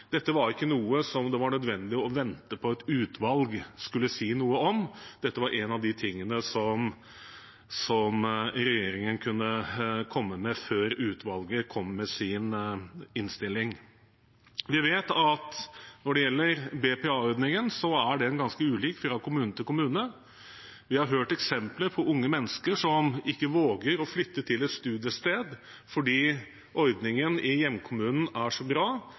Dette var ikke noe det var nødvendig å vente på at et utvalg skulle si noe om, dette var en av de tingene regjeringen kunne komme med før utvalget kom med sin innstilling. Vi vet at når det gjelder BPA-ordningen, er den ganske ulik fra kommune til kommune. Vi har hørt eksempler på unge mennesker som ikke våger å flytte til et studiested fordi ordningen i hjemkommunen er så bra,